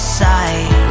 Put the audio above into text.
side